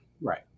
Right